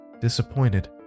disappointed